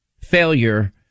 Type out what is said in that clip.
failure